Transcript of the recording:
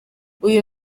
uyu